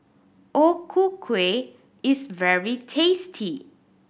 O Ku Kueh is very tasty